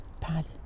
pad